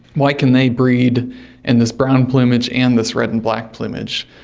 why can they breed in this brown plumage and this red and black plumage?